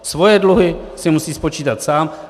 Svoje dluhy si musí spočítat sám.